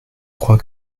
crois